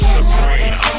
Sabrina